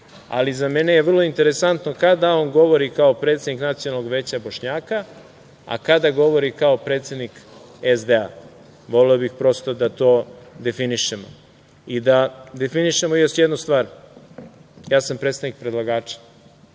ali za mene je vrlo interesantno kada on govori kao predsednik Nacionalnog veća Bošnjaka, a kada govori kao predsednik SDA. Voleo bih prosto da to definišemo i da definišemo još jednu stvar. Ja sam predstavnik predlagača,